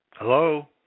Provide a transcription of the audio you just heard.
Hello